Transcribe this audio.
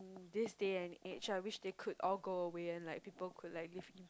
this day and age I wish they could all go away and like people could like live